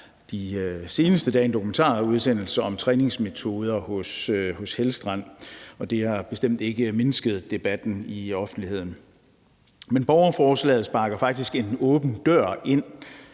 de seneste dage kommet en dokumentarudsendelse om træningsmetoder hos Helgstrand, og det har bestemt ikke mindsket debatten i offentligheden. Men borgerforslaget sparker faktisk en åben dør ind